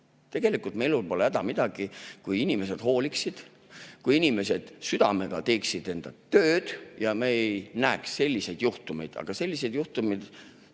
Tegelikult me elul poleks häda midagi, kui inimesed hooliksid, kui inimesed südamega teeksid enda tööd ja me ei näeks selliseid juhtumeid. Aga sellised juhtumid